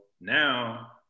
now